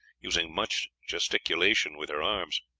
using much gesticulation with her arms.